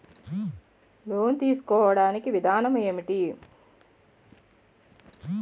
Loan తీసుకోడానికి విధానం ఏంటి?